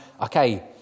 okay